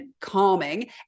calming